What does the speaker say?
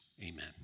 Amen